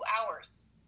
hours